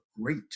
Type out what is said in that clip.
great